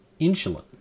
insulin